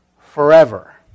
forever